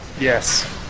yes